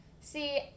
See